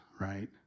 right